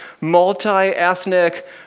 multi-ethnic